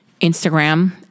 Instagram